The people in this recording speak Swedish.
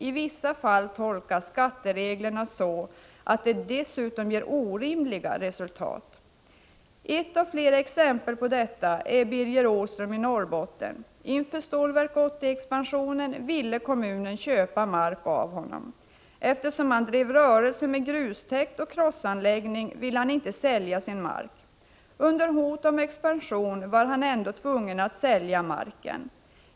I vissa fall tolkas skattereglerna så, att de dessutom ger orimliga resultat. Ett av flera exempel på detta är Birger Åström i Norrbotten. Inför Stålverk 80-expansionen ville kommunen köpa mark av honom. Eftersom han drev rörelse med grustäkt och krossanläggning ville han inte sälja sin mark. Under hot om expropriation var han ändå tvungen att sälja marken.